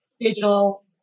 digital